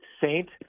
Saint